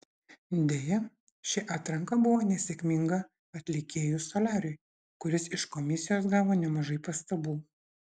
deja ši atranka buvo nesėkminga atlikėjui soliariui kuris iš komisijos gavo nemažai pastabų